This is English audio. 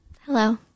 Hello